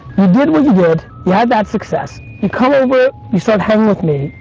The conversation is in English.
you did what you did, you had that success. you come over, you start hanging with me.